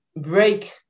break